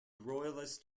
royalist